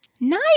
Nice